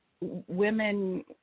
women